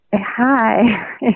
hi